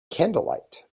candlelight